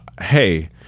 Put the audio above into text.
Hey